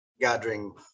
gathering